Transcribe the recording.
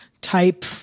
type